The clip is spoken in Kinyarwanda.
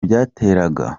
byateraga